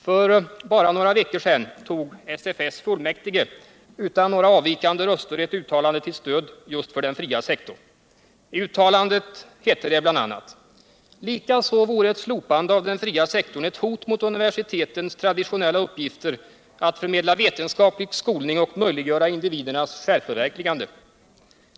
För bara några veckor sedan antog SFS fullmäktige utan några avvikande röster ett uttalande till stöd för den fria sektorn. I uttalandet hette det bl.a.: ”Likaså vore ett slopande av den fria sektorn ett hot mot universitetens traditionella uppgifter att förmedla vetenskaplig skolning och möjliggöra individernas självförverkligande.